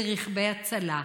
לרכבי הצלה.